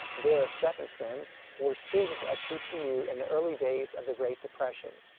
veera steffensen were students at tcu in the early days of the great depression.